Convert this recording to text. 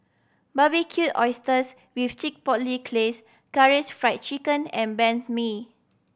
Barbecued Oysters with Chipotle Glaze Karaage Fried Chicken and Banh Mi